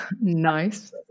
nice